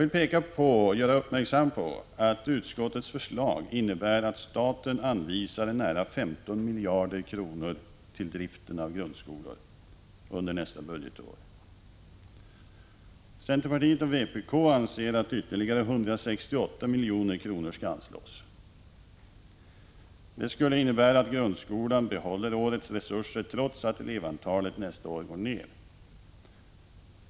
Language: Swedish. Låt mig fästa uppmärksamheten på att utskottets förslag innebär att staten anvisar nära 15 miljarder kronor till driften av grundskolor under nästa budgetår. Centerpartiet och vpk anser att ytterligare 168 milj.kr. skall anslås. Det skulle innebära att grundskolan behåller årets resurser trots att elevantalet nästa år går ned.